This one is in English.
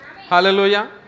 Hallelujah